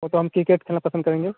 वह तो हम क्रिकेट खेलना पसंद करेंगे